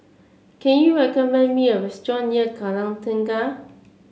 can you recommend me a restaurant near Kallang Tengah